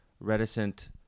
reticent